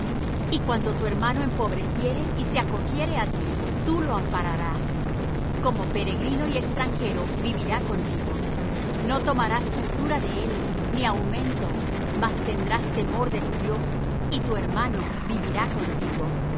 y cuando tu hermano empobreciere y se acogiere á ti tú lo ampararás como peregrino y extranjero vivirá contigo no tomarás usura de él ni aumento mas tendrás temor de tu dios y tu hermano vivirá contigo no